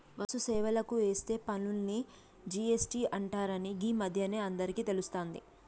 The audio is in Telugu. వస్తు సేవలకు ఏసే పన్నుని జి.ఎస్.టి అంటరని గీ మధ్యనే అందరికీ తెలుస్తాంది